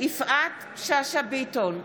יפעת שאשא ביטון,